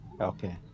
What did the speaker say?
okay